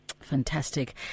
Fantastic